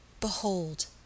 Behold